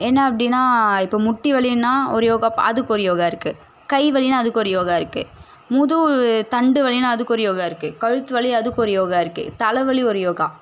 என்ன அப்படினா இப்போ முட்டி வலின்னால் ஒரு யோகா அதுக்கு ஒரு யோகா இருக்குது கை வலின்னால் அதுக்கு ஒரு யோகா இருக்குது முதுகு தண்டு வலின்னால் அதுக்கு ஒரு யோகா இருக்குது கழுத்து வலி அதுக்கு ஒரு யோகா இருக்குது தலை வலி ஒரு யோகா